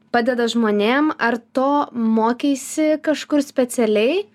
padeda žmonėm ar to mokeisi kažkur specialiai